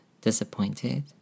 disappointed